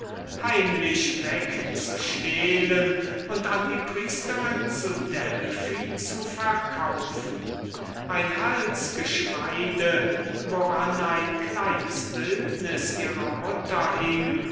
heimlich wegzustehlen und an die priesterin zu delphi zu verkaufen ein halsgeschmeide woran ein kleines bildnis ihrer mutter hing